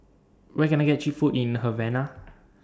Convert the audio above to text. Where Can I get Cheap Food in Havana